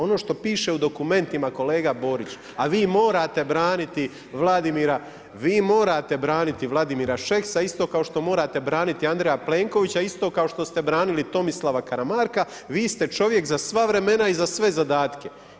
Ono što piše u dokumentima kolega Borić, a vi morate braniti Vladimira, vi morate braniti Vladimira Šeksa, isto kao što morate braniti Andreja Plenkovića, isto kao što su branili Tomislava Karamarka, vi ste čovjek za sva vremena i za sve zadatke.